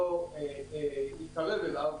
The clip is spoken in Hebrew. לא מתקרב אליו,